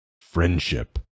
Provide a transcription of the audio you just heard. Friendship